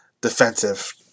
defensive